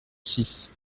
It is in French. six